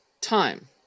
time